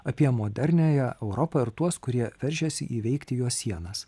apie moderniąją europą ir tuos kurie veržiasi įveikti jos sienas